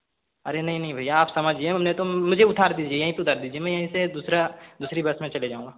अरे नहीं नहीं भैया आप समझिए उन्हें तो मुझे उतार दीजिए यहीं पे उतार दीजिए मैं यहीं से दूसरा दूसरी बस में चले जाउंगा